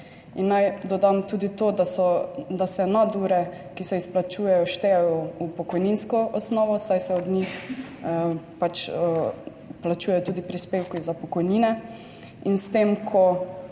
In naj dodam tudi to, da se nadure, ki se izplačujejo, štejejo v pokojninsko osnovo, saj se od njih pač plačujejo tudi prispevki za pokojnine. In s tem, ko